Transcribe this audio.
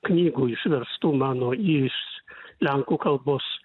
knygų išverstų mano iš lenkų kalbos